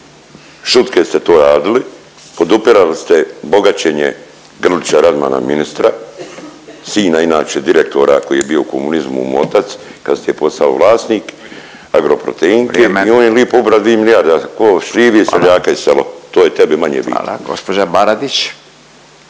šutke ste to radili, podupirali ste bogaćenje Grlića Radmana ministra, sina inače direktora koji je bio u komunizmu mu otac, kasnije postao vlasnik Agroproteinke… …/Upadica Radin: Vrijeme./… …i on je lipo ubra dvije milijarde, ko šljivi seljaka i selo, to je tebi manje bitno. **Radin,